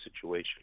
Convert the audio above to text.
situation